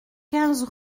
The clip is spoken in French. quinze